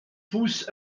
pousse